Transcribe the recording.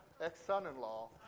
ex-son-in-law